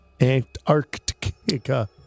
Antarctica